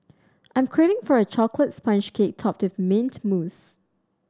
I'm craving for a chocolate sponge cake topped with mint mousse